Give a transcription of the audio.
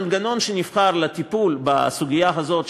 המנגנון שנבחר לטיפול בסוגיה הזאת,